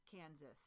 Kansas